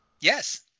Yes